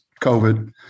COVID